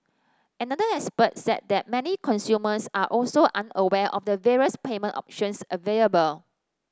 another expert said that many consumers are also unaware of the various payment options available